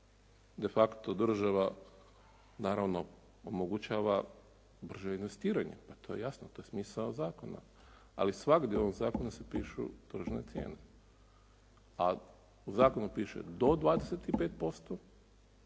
de facto država naravno omogućava brže investiranje. To je jasno, to je smisao zakona ali svagdje u ovom zakonu se pišu tržne cijene a u zakonu piše do 25%.